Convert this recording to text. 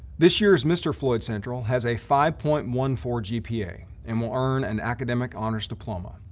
this year's mr. floyd central has a five point one four gpa and will earn an academic honors diploma.